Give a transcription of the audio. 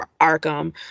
Arkham